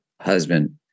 husband